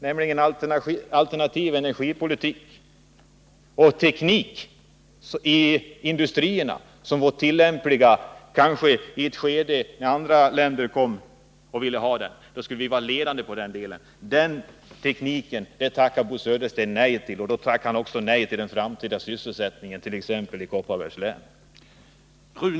Han tackar också nej till den teknik i industrierna som vore tillämplig i ett skede, när andra länder vill ha den och där vi borde vara ledande i världen i dag. Därmed tackar Bo Södersten också nej till den framtida sysselsättningen t.ex. i Kopparbergs län.